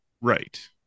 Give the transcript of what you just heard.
Right